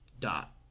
dot